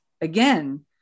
again